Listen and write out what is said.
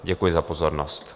Děkuji za pozornost.